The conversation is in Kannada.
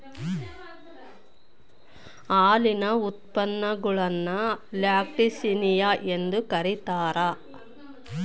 ಹಾಲಿನ ಉತ್ಪನ್ನಗುಳ್ನ ಲ್ಯಾಕ್ಟಿಸಿನಿಯ ಎಂದು ಕರೀತಾರ